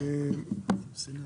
נגוע,